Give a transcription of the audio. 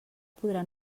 podrà